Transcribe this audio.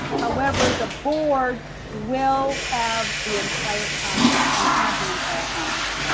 however, the board will have the entire comment and have the entire comment,